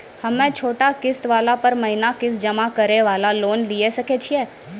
हम्मय छोटा किस्त वाला पर महीना किस्त जमा करे वाला लोन लिये सकय छियै?